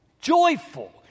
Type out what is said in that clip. joyful